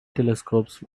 telescopes